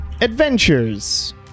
adventures